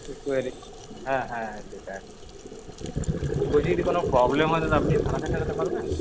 হ্যাঁ হ্যাঁ যেটা আছে বলছি যদি কোনো প্রবলেম হয় দাদা আপনি সারাতে টারাতে পারবেন